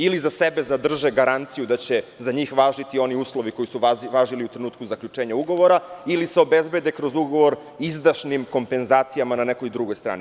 Ili za sebe zadrže garanciju da će za njih važiti oni uslovi koji su važili u trenutku zaključenja ugovora, ili se obezbede kroz ugovor izdašnim kompenzacijama na nekoj drugoj strani.